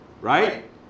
right